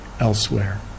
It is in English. elsewhere